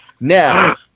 Now